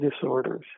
disorders